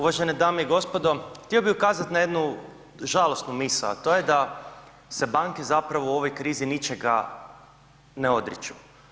Uvažene dame i gospodo, htio bi ukazat na jednu žalosnu misao, a to je da se banke zapravo u ovoj krizi ničega ne odriču.